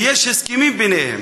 ויש הסכמים ביניהם,